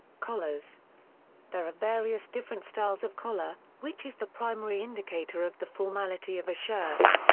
collars there are various different styles of collar, which is the primary indicator of the formality of a shirt.